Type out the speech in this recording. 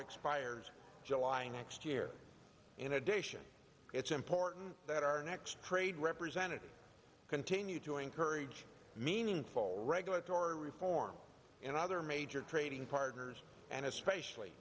expires july next year in addition it's important that our next trade representative continue to encourage meaningful regulatory reform in other major trading partners and especially